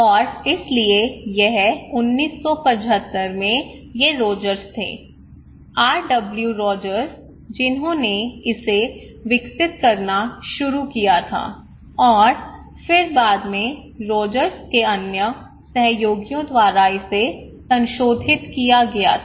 और इसलिए यह 1975 में ये रोजर्स थे आरडब्ल्यू रोजर्स जिनहोने इसे विकसित करना शुरू किया था और फिर बाद में रोजर्स के अन्य सहयोगियों द्वारा इसे संशोधित किया गया था